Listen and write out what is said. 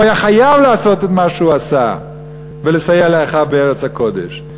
הוא היה חייב לעשות את מה שהוא עשה ולסייע לאחיו בארץ הקודש.